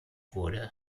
wurde